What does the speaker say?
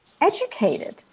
educated